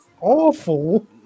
awful